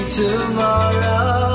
tomorrow